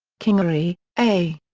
kingery, a.